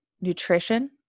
nutrition